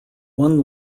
one